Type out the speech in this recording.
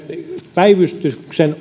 päivystyksen